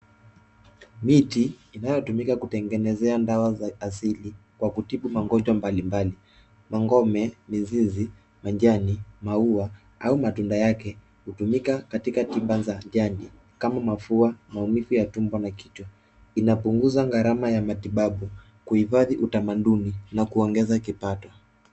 Miti inayotumika kutengenezea dawa za asili kwa kutibu magonjwa mbali mbali mangome, mizizi, majani, maua au matunda yake hutumika katika tiba za jadi kama mafua, maumivu ya tumbo na kichwa. Inapunguza gharama ya matibabu kuhufadhi utamaduni na kuongeza kipato.